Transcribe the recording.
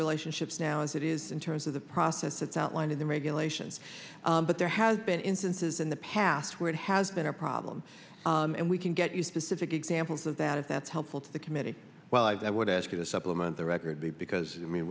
relationships now as it is in terms of the process that's outlined in the regulations but there has been instances in the past where it has been a problem and we can get you specific examples of that if that's helpful to the committee well as i would ask you to supplement the record because i mean